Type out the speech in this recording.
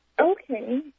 Okay